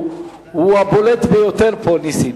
הוא הבולט ביותר פה, נסים.